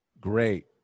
Great